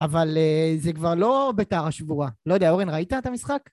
אבל זה כבר לא בית"ר השבועה. לא יודע, אורן, ראית את המשחק?